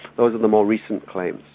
those are the more recent claims.